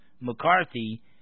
McCarthy